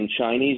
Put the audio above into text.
Chinese